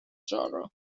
genre